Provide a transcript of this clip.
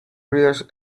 reader’s